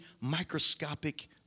microscopic